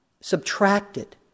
subtracted